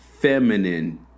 feminine